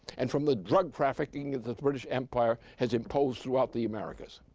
and from the drug-trafficking that the british empire has imposed throughout the americas.